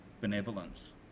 benevolence